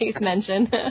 mention